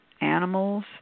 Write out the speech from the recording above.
animals